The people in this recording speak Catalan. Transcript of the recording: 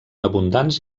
abundants